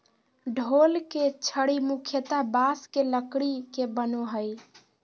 ढोल के छड़ी मुख्यतः बाँस के लकड़ी के बनो हइ